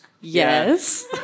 Yes